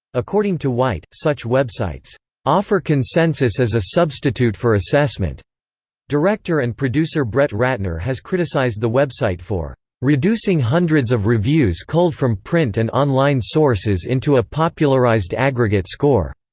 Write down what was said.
according to white, such websites offer consensus as a substitute for assessment director and producer brett ratner has criticized the website for reducing hundreds of reviews culled from print and online sources into a popularized aggregate score,